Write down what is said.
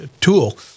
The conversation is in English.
tool